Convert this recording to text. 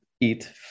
eat